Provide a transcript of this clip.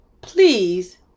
Please